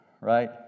right